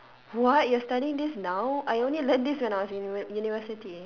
what you are studying this now I only learnt this when I was in university